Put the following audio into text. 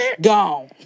gone